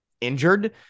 injured